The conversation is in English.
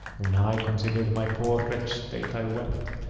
when i considered my poor wretched state i wept,